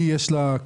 או שיש יש לה קבלנים,